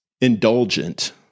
indulgent